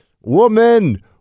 Woman